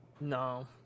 No